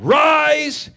rise